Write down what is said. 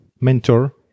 mentor